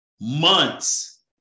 months